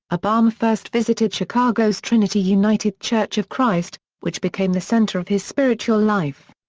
ah but um first visited chicago's trinity united church of christ, which became the center of his spiritual life.